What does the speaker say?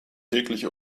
täglich